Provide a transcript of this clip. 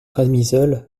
camisole